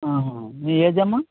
ఆహ మీ ఏజ్ అమ్మా